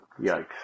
Yikes